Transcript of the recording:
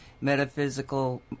metaphysical